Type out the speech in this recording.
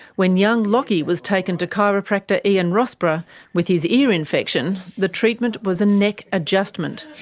when young lachie was taken to chiropractor ian rossborough with his ear infection, the treatment was a neck adjustment,